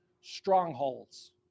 strongholds